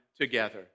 together